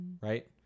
Right